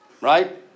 Right